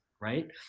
right